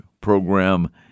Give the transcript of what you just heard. program